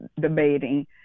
debating